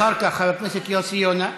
אחר כך, חבר הכנסת יוסי יונה.